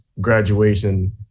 graduation